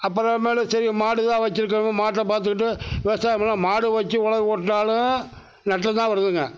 அப்போதான் நம்ம சரி மாடு தான் வச்சுருக்கங்க மாட்டை பார்த்துக்கிட்டு விவசாயம் பண்ணிணா மாடு வச்சு உழவு ஓட்டினாலும் நஷ்டந்தான் வருதுங்க